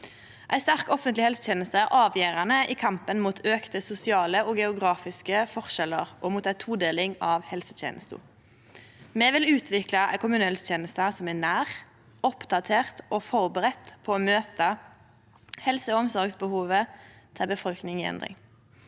Ei sterk offentleg helseteneste er avgjerande i kampen mot auka sosiale og geografiske forskjellar og mot ei todeling av helsetenesta. Me vil utvikle ei kommunehelseteneste som er nær, oppdatert og førebudd på å møte helse- og omsorgsbehovet til ei befolkning i endring.